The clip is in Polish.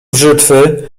brzytwy